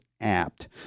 Apt